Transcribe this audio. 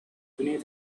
beneath